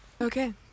Okay